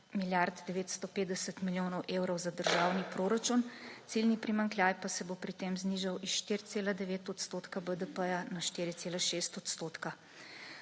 milijard 950 milijonov evrov za državni proračun, ciljni primanjkljaj pa se bo pri tem znižal s 4,9 % BDP na 4,6 %.